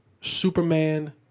Superman